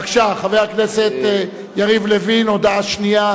בבקשה, חבר הכנסת יריב לוין, הודעה שנייה.